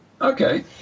Okay